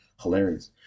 Hilarious